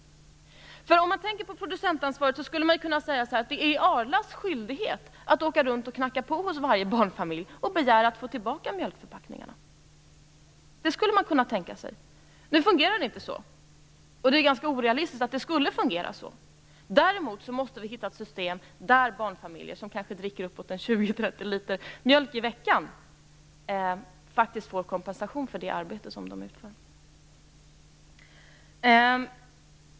Producentansvaret skulle kunna innebära att det är Arlas skyldighet att åka runt och knacka på hos varje barnfamilj och begära att få tillbaka mjölkförpackningarna. Det skulle man kunna tänka sig. Nu fungerar det inte så och det vore också orealistiskt om det skulle fungera så. Däremot måste man hitta ett system där barnfamiljer som kanske konsumerar uppemot 20-30 liter mjölk i veckan får kompensation för det arbete som de utför.